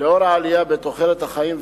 לאור העלייה בתוחלת החיים,